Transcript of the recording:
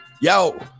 yo